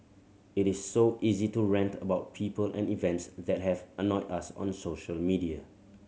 it is so easy to rant about people and events that have annoyed us on social media